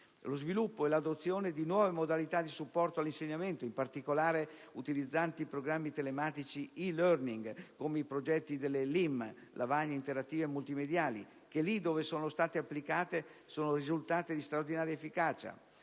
lo sviluppo e l'adozione di nuove modalità di supporto all'insegnamento, in particolare utilizzanti i programmi telematici di *e-learning* come i progetti delle LIM (Lavagne Interattive Multimediali) che, laddove sono state applicate, sono risultate di straordinaria efficacia;